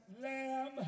lamb